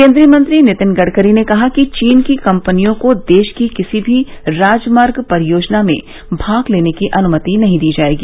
केन्द्रीय मंत्री नितिन गडकरी ने कहा कि चीन की कंपनियों को देश की किसी भी राजमार्ग परियोजना में भाग लेने की अनुमति नहीं दी जायेगी